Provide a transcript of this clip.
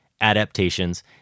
adaptations